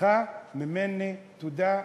לך ממני, תודה.